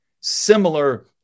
similar